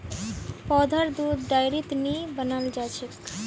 पौधार दुध डेयरीत नी बनाल जाछेक